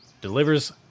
delivers